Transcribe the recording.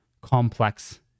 complex